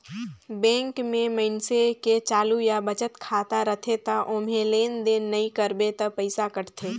bank में मइनसे के चालू या बचत खाता रथे त ओम्हे लेन देन नइ करबे त पइसा कटथे